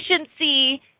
efficiency